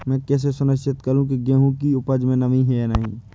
मैं कैसे सुनिश्चित करूँ की गेहूँ की उपज में नमी है या नहीं?